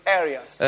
areas